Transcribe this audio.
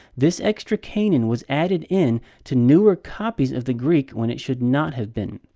this extra cainan was added in to newer copies of the greek, when it should not have been.